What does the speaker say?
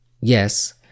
yes